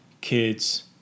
kids